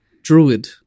Druid